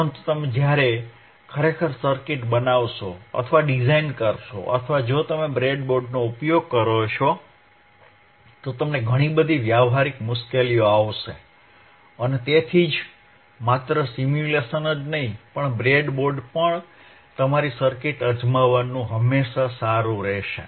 પરંતુ જ્યારે તમે ખરેખર સર્કિટ બનાવશો અથવા ડિઝાઇન કરશો અને જો તમે બ્રેડબોર્ડનો ઉપયોગ કરો છો તો તમને ઘણી બધી વ્યવહારિક મુશ્કેલીઓ આવશે અને તેથી જ માત્ર સિમ્યુલેશન જ નહીં પણ બ્રેડબોર્ડ પર તમારી સર્કિટ્સ અજમાવવાનું હંમેશા સારું રહેશે